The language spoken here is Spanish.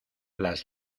las